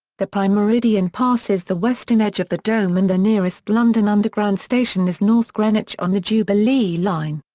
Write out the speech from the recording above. the prime meridian passes the western edge of the dome and the nearest london underground station is north greenwich on the jubilee line.